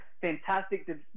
fantastic